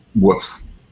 whoops